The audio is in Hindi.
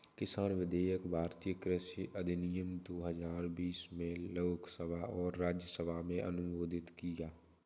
किसान विधेयक भारतीय कृषि अधिनियम दो हजार बीस में लोकसभा और राज्यसभा में अनुमोदित किया